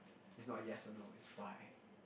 is not yes or no is why